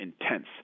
intense